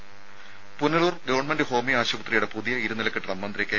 രേര Punalur government homeo ആശുപത്രിയുടെ പുതിയ ഇരുനില മന്ദിരം മന്ത്രി കെ